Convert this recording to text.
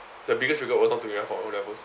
the biggest regret was not doing well for my O levels